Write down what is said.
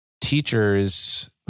teachers